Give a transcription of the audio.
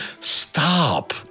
Stop